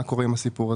מה קורה שם?